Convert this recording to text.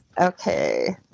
Okay